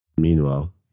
Meanwhile